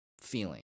feeling